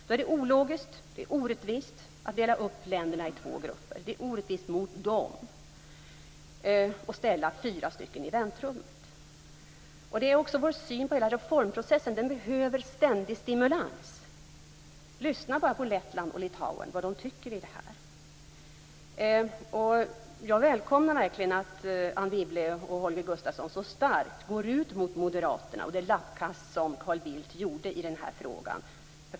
Då är det ologiskt och orättvist att dela upp länderna i två grupper. Det är orättvist mot dessa länder att ställa fyra av dem i väntrummet. Detta berör också vår syn på hela reformprocessen. Den behöver ständig stimulans. Lyssna bara på vad Lettland och Litauen tycker om det här! Jag välkomnar verkligen att Anne Wibble och Holger Gustafsson så starkt går ut mot Moderaterna och mot det lappkast som Carl Bildt gjorde i den här frågan.